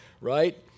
Right